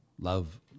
Love